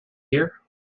here